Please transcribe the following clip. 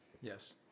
Yes